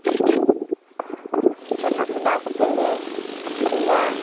ᱡᱚᱱᱚᱜ ᱵᱮᱱᱟᱣ ᱠᱟᱛᱮᱞᱮ ᱟᱹᱠᱷᱨᱤᱧᱟ